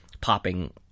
popping